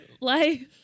life